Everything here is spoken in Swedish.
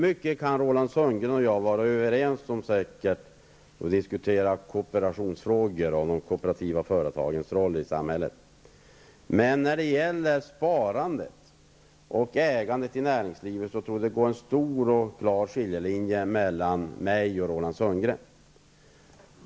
Fru talman! Roland Sundgren och jag kan säkert vara överens om mycket och diskutera kooperationsfrågor och de kooperativa företagens roll i samhället. Men när det gäller sparandet och ägandet i näringslivet tror jag att det går en klar skiljelinje mellan mig och Roland Sundgren.